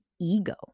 ego